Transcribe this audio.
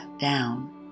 down